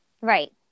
Right